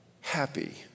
happy